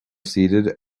seated